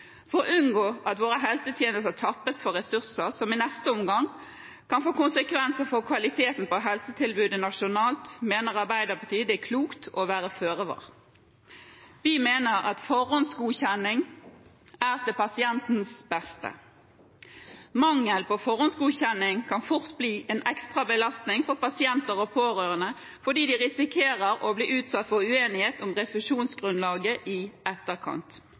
For å unngå at våre helsetjenester tappes for ressurser, noe som i neste omgang kan få konsekvenser for kvaliteten på helsetilbudet nasjonalt, mener Arbeiderpartiet det er klokt å være føre var. Vi mener at forhåndsgodkjenning er til pasientens beste. Mangel på forhåndsgodkjenning kan fort bli en ekstra belastning for pasienter og pårørende fordi de risikerer å bli utsatt for uenighet om refusjonsgrunnlaget i etterkant.